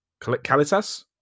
Kalitas